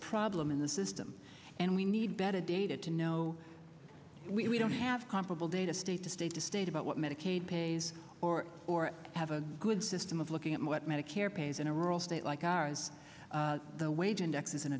problem in the system and we need better data to know we don't have comparable data state to state to state about what medicaid pays for or have a good system of looking at what medicare pays in a rural state like ours the wage index